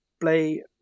play